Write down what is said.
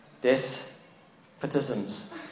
despotisms